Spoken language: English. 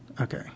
Okay